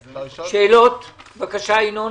שאלות, בבקשה, ינון.